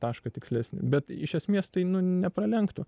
tašką tikslesnį bet iš esmės tai nepralenktų